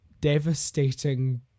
devastating